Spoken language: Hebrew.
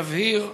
להבהיר,